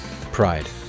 Pride